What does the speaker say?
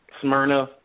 Smyrna